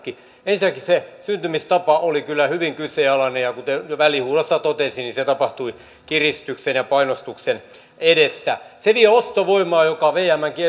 ensinnäkin se syntymistapa oli kyllä hyvin kyseenalainen ja kuten jo välihuudossa totesin se tapahtui kiristyksen ja painostuksen edessä se vie ostovoimaa joka vmnkin